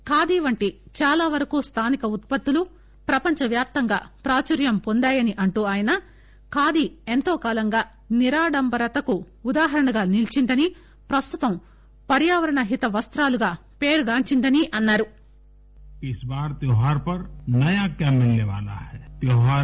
ఖాదీ వంటి చాలా వరకు స్థానిక ఉత్పత్తులు ప్రపంచవ్యాప్తంగా ప్రాచుర్యం పొందాయని అంటూ ఆయన ఖాదీ ఎంతో కాలంగా నిరాండంబరతకు ఉదాహరణగా నిలీచిందనీ ప్రస్తుతం పర్యావరణ హిత వస్తాలుగా పేరుగాంచిందని అన్నారు